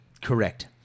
Correct